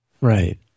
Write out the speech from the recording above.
Right